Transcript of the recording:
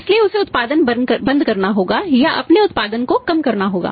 इसलिए उसे उत्पादन बंद करना होगा या अपने उत्पादन को कम करना होगा